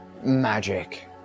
magic